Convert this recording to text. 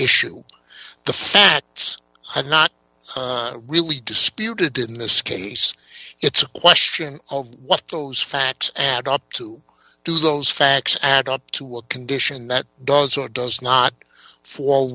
issue the facts have not really disputed in this case it's a question of what those facts add up to do those facts add up to a condition that does or does not fall